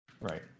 Right